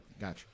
gotcha